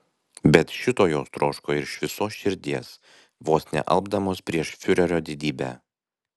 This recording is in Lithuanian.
bet šito jos troško iš visos širdies vos nealpdamos prieš fiurerio didybę